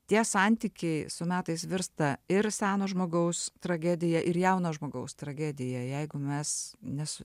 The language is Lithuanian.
tie santykiai su metais virsta ir seno žmogaus tragedija ir jauno žmogaus tragedija jeigu mes nesu